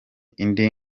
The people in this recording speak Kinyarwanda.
indi